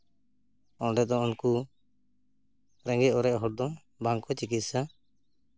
ᱚᱸᱰᱮ ᱫᱚ ᱩᱱᱠᱩ ᱨᱮᱸᱜᱮᱡ ᱚᱨᱮᱡ ᱦᱚᱲᱫᱚ ᱵᱟᱝᱠᱚ ᱪᱤᱠᱤᱛᱥᱟ